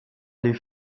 les